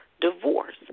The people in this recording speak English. divorce